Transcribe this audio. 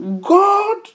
God